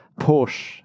Porsche